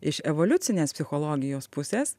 iš evoliucinės psichologijos pusės